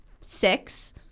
six